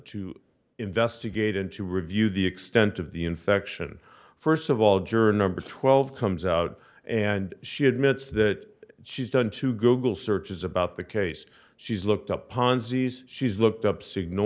to investigate and to review the extent of the infection first of all juror number twelve comes out and she admits that she's done two google searches about the case she's looked upon zs she's looked up sign